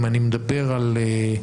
אם אני מדבר על,